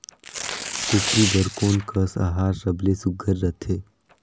कूकरी बर कोन कस आहार सबले सुघ्घर रथे?